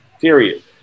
Period